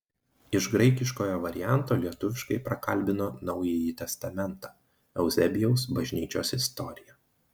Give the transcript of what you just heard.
iš graikiškojo varianto lietuviškai prakalbino naująjį testamentą euzebijaus bažnyčios istoriją